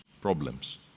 problems